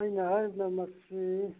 ꯑꯩꯅ ꯍꯥꯏꯔꯤꯅ ꯃꯁꯤ